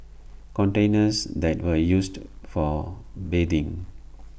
containers that were used for bathing